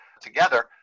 together